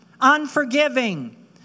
Unforgiving